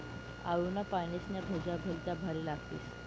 आळूना पानेस्न्या भज्या भलत्या भारी लागतीस